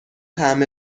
طعم